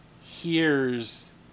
hears